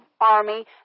army